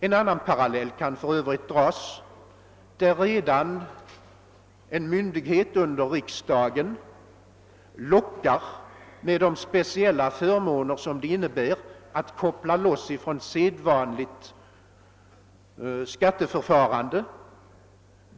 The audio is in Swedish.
En parallell kan för övrigt dras även med det förhållandet, att en myndighet under riksdagen lockat med de speciella förmåner som det innebär att koppla loss från det sedvanliga skatteförfarandet.